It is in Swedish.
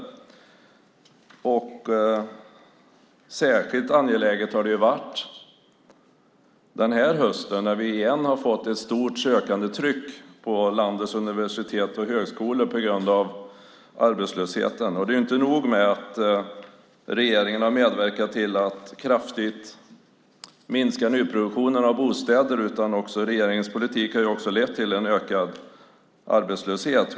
Särskilt angeläget har det varit den här hösten då vi igen har fått ett stort sökandetryck på landets universitet och högskolor på grund av arbetslösheten. Det är inte nog med att regeringen har medverkat till att kraftigt minska nyproduktionen av bostäder, utan regeringens politik har också lett till en ökad arbetslöshet.